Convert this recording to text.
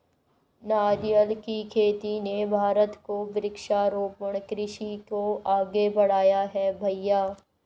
नारियल की खेती ने भारत को वृक्षारोपण कृषि को आगे बढ़ाया है भईया